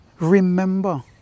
Remember